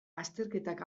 azterketak